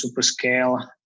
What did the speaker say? Superscale